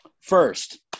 First